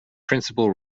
principal